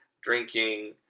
drinking